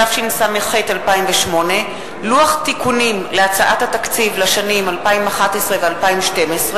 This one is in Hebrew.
התשס"ח 2008. לוח תיקונים להצעת התקציב לשנים 2011 ו-2012.